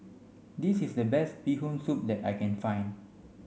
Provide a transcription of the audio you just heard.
this is the best bee hoon soup that I can find